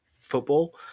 football